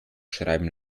schreiben